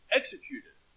executed